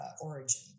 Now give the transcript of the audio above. origin